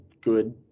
good